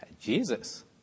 Jesus